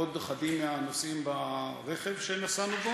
ועוד אחדים מהנוסעים ברכב שנסענו,